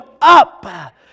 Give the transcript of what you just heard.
up